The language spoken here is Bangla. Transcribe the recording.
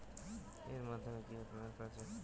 এর মাধ্যমে কিভাবে পেমেন্ট করা য়ায়?